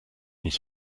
nicht